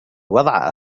وضع